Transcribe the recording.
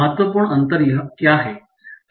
महत्वपूर्ण अंतर क्या है